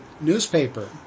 newspaper